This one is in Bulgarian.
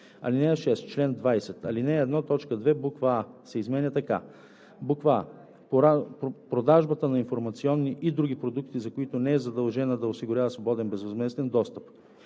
§ 6. Член 20, ал. 1, т. 2, буква „а“ се изменя така: „а) продажба на информационни и други продукти, за които не е задължена да осигурява свободен безвъзмезден достъп;“